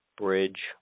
bridge